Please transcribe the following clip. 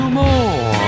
more